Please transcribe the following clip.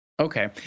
Okay